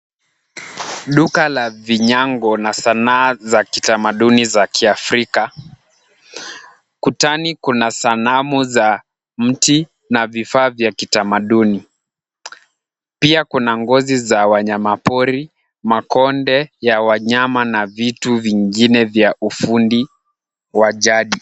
Duka la vinyango na sanaa za kitamaduni za kiafrika. Kutani kuna sanamu za mti na vifaa vya kitamaduni. Pia kuna ngozi za wanyamapori, makonde ya wanyama na vitu vingine vya ufundi wa jadi.